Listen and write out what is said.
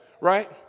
right